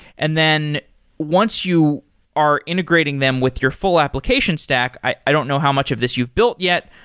and then once you are integrating them with your full application stack, i don't know how much of this you've built yet.